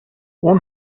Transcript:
اون